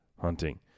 Hunting